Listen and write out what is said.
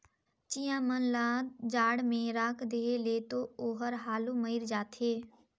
चिंया मन ल जाड़ में राख देहे ले तो ओहर हालु मइर जाथे